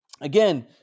again